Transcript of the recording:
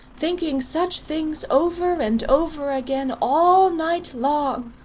thinking such things over and over again, all night long,